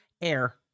air